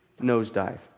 nosedive